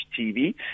TV